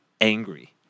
angry